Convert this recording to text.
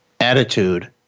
attitude